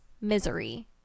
Misery